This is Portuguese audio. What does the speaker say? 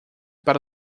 para